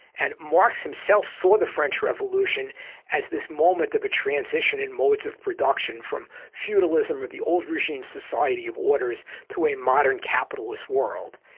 and marx himself saw the french revolution as this moment of a transition in modes of production, from feudalism of the old regime's society of orders to a modern capitalist world.